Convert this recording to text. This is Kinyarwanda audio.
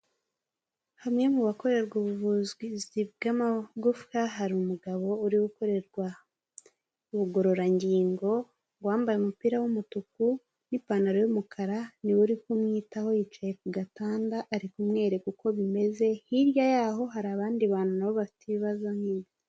Hamwe mu bakorerwa ubuvuzi bw'amagufa hari umugabo uri gukorerwa ubugororangingo wambaye umupira w'umutuku n'ipantaro y'umukara niwe uri kumwitaho yicaye ku gatanda ari kumwereka uko bimeze hirya yaaho hari abandi bantu nabo bafite.